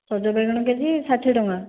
ସଜ ବାଇଗଣ K G ଷାଠିଏ ଟଙ୍କା